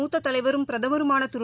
மூத்ததலைவரும்பிரதமருமானதிரு